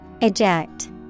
Eject